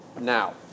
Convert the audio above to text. now